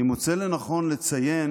אני מוצא לנכון לציין